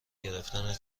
گرفتن